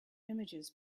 images